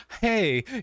hey